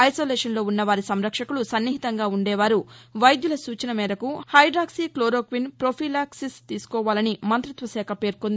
ఐసొలేషన్లో ఉన్న వారి సంరక్షకులు సన్నిహితంగా ఉందే వారు వైద్యుల సూచన మేరకు హైడాక్సీ క్లోరోక్విన్ పొఫిలా క్సిస్ తీసుకోవాలని మంతిత్వ శాఖ పేర్కొంది